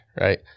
right